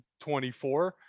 24